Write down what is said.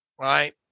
right